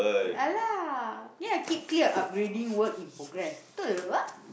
yeah lah then I keep clear upgrading work in progress